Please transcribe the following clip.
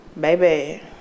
baby